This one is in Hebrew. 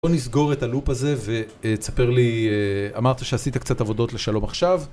בוא נסגור את הלופ הזה, ותספר לי... אמרת שעשית קצת עבודות לשלום עכשיו.